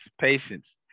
Patience